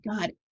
God